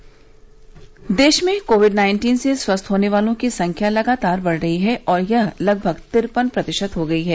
स स स देश में कोविड नाइन्टीन से स्वस्थ होने वालों की संख्या लगातार बढ़ रही है और यह लगभग तिरपन प्रतिशत हो गई है